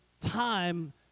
time